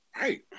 Right